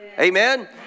Amen